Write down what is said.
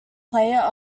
player